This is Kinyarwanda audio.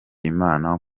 imana